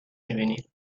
میبینی